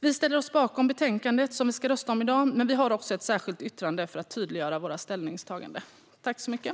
Vi ställer oss bakom förslaget som vi ska rösta om i dag, men vi har också ett särskilt yttrande för att tydliggöra våra ställningstaganden.